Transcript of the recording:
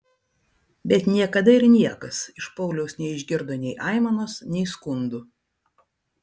bet niekada ir niekas iš pauliaus neišgirdo nei aimanos nei skundų